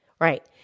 Right